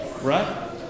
Right